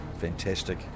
Fantastic